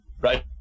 right